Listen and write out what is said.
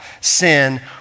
sin